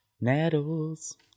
Nettles